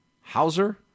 Hauser